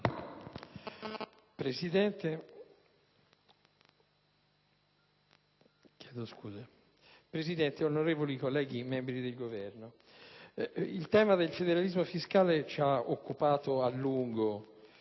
Presidente, onorevoli colleghi, membri del Governo, il tema del federalismo fiscale ci ha occupato a lungo